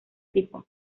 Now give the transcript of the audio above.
tipo